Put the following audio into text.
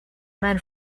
men